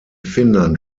finnland